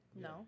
No